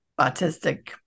autistic